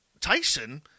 Tyson